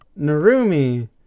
Narumi